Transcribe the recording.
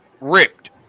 ripped